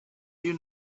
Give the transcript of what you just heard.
you